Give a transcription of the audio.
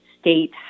State